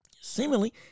seemingly